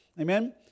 Amen